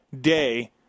day